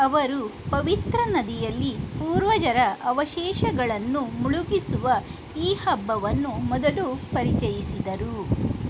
ಅವರು ಪವಿತ್ರ ನದಿಯಲ್ಲಿ ಪೂರ್ವಜರ ಅವಶೇಷಗಳನ್ನು ಮುಳುಗಿಸುವ ಈ ಹಬ್ಬವನ್ನು ಮೊದಲು ಪರಿಚಯಿಸಿದರು